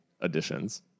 additions